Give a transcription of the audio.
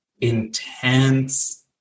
intense